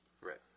Right